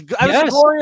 yes